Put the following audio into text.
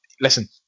listen